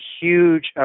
huge